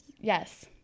Yes